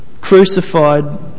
crucified